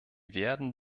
werden